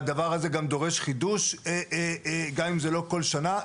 והדבר הזה גם דורש חידוש, גם אם זה לא כל שנה.